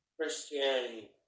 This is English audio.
Christianity